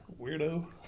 Weirdo